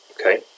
Okay